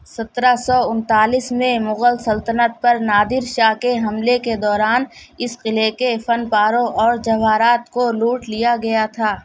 سترہ سو انتالیس میں مغل سلطنت پر نادر شاہ کے حملے کے دوران اس قلعے کے فن پاروں اورجواہرات کو لوٹ لیا گیا تھا